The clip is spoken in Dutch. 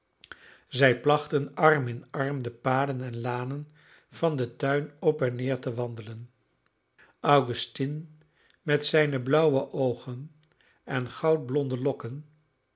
zij plachten arm in arm de paden en lanen van den tuin op en neer te wandelen augustine met zijne blauwe oogen en goudblonde lokken